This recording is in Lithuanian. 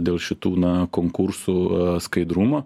dėl šitų na konkursų skaidrumo